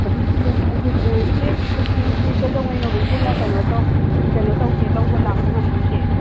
ꯑꯗꯨ ꯏꯆꯦ ꯍꯧꯖꯤꯛ ꯏꯆꯦꯅ ꯀꯩꯗꯧꯉꯩꯅꯣꯕ ꯏꯆꯦꯅ ꯀꯩꯅꯣ ꯇꯧ ꯀꯩꯅꯣ ꯇꯧꯒꯦ ꯂꯧꯕ ꯂꯥꯛꯄ ꯉꯝꯗꯣꯏꯁꯦ